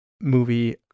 movie